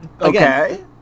okay